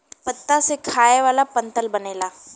पत्ता से खाए वाला पत्तल बनेला